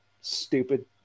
stupid